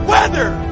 Weather